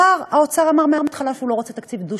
שר האוצר אמר מההתחלה שהוא לא רוצה תקציב דו-שנתי,